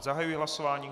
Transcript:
Zahajuji hlasování.